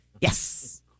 Yes